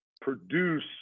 produce